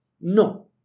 No